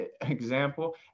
example